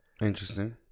Interesting